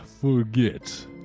forget